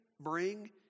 bring